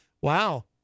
Wow